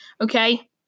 okay